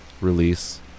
release